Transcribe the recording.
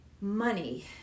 money